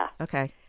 Okay